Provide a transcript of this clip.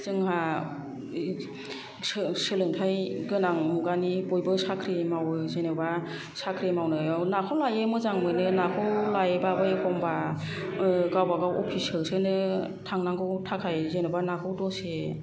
जोंहा सोलोंथाइ गोनां मुगानि बयबो साख्रि मावो जेन'बा साख्रि मावनायाव नाखौ लायो मोजां मोनो नाखौ लायबाबो एखनब्ला गावबा गाव अफिस होसोनो थांनांगौ थाखाय जेन'बा नाखौ दसे